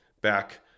back